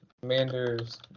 Commander's